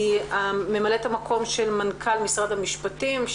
היא ממלאת המקום של מנכ"ל משרד המשפטים,